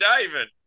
David